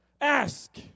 ask